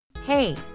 Hey